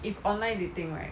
if online dating right